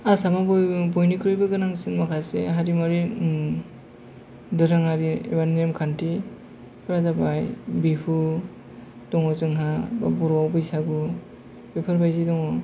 आसामाव बयनिख्रुइबो गोनांसिन माखासे हारिमुआरि दोरोङारि बा नेम खान्थिफोरा जाबाय बिहु दङ जोंहा एबा बर'आव बैसागु बेफोरबायदि दङ